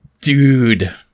Dude